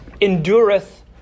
endureth